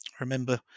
remember